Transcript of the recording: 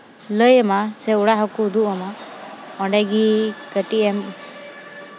ᱞᱟᱹᱭ ᱟᱢᱟ ᱥᱮᱠᱚ ᱚᱲᱟᱜ ᱦᱚᱸ ᱠᱚ ᱩᱫᱩᱜ ᱟᱢᱟ ᱚᱸᱰᱮ ᱜᱮ ᱠᱟᱹᱴᱤᱡ ᱮᱢ